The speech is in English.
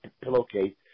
pillowcase